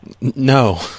No